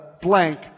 blank